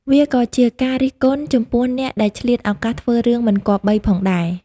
វាក៏ជាការរិះគន់ចំពោះអ្នកដែលឆ្លៀតឱកាសធ្វើរឿងមិនគប្បីផងដែរ។